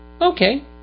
okay